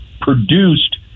produced